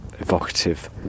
Evocative